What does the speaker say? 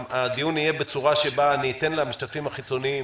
הדיון יהיה בצורה שבה אתן למשתתפים החיצוניים